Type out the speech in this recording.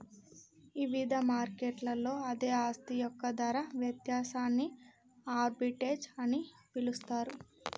ఇవిధ మార్కెట్లలో అదే ఆస్తి యొక్క ధర వ్యత్యాసాన్ని ఆర్బిట్రేజ్ అని పిలుస్తరు